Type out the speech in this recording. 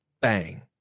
Bang